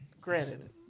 granted